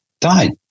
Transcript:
died